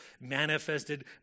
manifested